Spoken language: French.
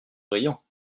brillant